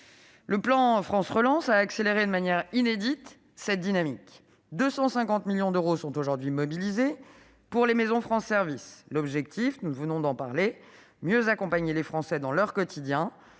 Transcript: Le plan France Relance a accéléré de manière inédite cette dynamique. Aujourd'hui, 250 millions d'euros sont mobilisés pour les maisons France Services. L'objectif- nous venons de l'évoquer -est de mieux accompagner les Français dans leur quotidien.